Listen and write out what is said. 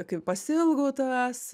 kaip pasiilgau tavęs